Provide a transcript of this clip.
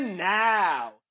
Now